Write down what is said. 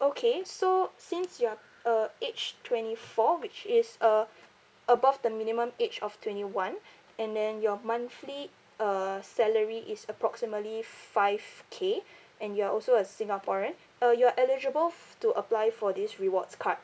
okay so since you are uh age twenty four which is uh above the minimum age of twenty one and then your monthly uh salary is approximately five K and you are also a singaporean uh you are eligible f~ to apply for this rewards card